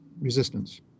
resistance